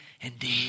indeed